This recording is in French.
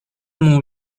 mon